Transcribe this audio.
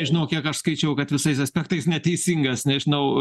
nežinau kiek aš skaičiau kad visais aspektais neteisingas nežinau